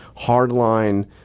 hardline